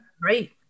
great